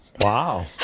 Wow